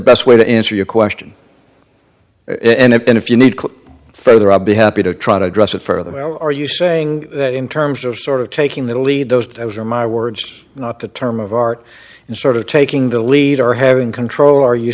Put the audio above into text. best way to answer your question and if you need further i'll be happy to try to address it further well are you saying that in terms of sort of taking the lead those are my words not the term of art and sort of taking the lead or having control are you